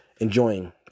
enjoying